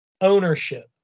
ownership